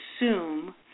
assume